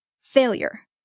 Failure